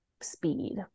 speed